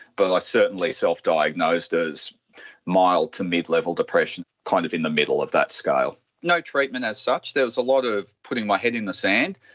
but i certainly self-diagnosed as mild to mid-level depression, kind of in the middle of that scale no treatment as such. there was a lot of putting my head in the sand.